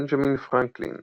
בנג'מין פרנקלין